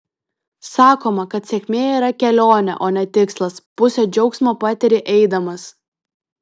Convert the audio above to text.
sakoma kad sėkmė yra kelionė o ne tikslas pusę džiaugsmo patiri eidamas